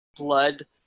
blood